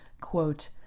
quote